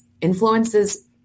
Influences